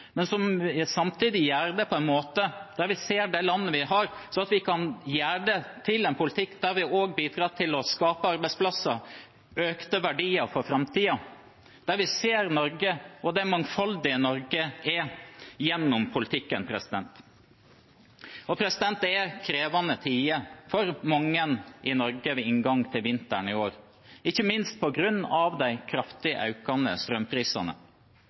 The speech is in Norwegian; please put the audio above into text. som samtidig gjør det på en måte der vi ser det landet vi har, sånn at vi kan gjøre det til en politikk der vi også bidrar til å skape arbeidsplasser og økte verdier for framtiden, og der vi ser Norge og det mangfoldige Norge gjennom politikken. Det er krevende tider for mange i Norge ved inngangen til vinteren i år, ikke minst på grunn av de kraftig økende strømprisene.